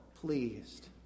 pleased